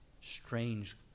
strange